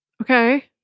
Okay